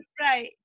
right